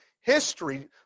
history